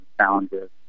challenges